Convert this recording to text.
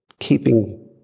keeping